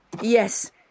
Yes